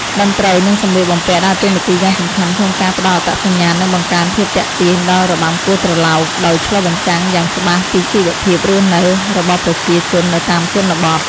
តន្ត្រី និងសម្លៀកបំពាក់ ដើរតួនាទីយ៉ាងសំខាន់ក្នុងការផ្តល់អត្តសញ្ញាណ និងបង្កើនភាពទាក់ទាញដល់របាំគោះត្រឡោក ដោយឆ្លុះបញ្ចាំងយ៉ាងច្បាស់ពីជីវភាពរស់នៅរបស់ប្រជាជននៅតាមជនបទ។